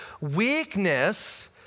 weakness